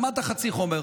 למדת חצי חומר,